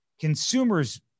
consumers